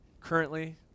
currently